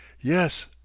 Yes